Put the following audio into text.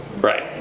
Right